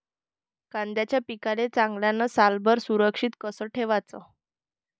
कांद्याच्या पिकाले चांगल्यानं सालभर सुरक्षित कस ठेवाचं?